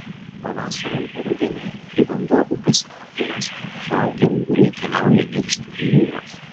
pavasarį arba rudenį kai vanduo upėse pakilęs suaugę unguriai keliauja neršti į jūras